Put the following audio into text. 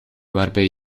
waarbij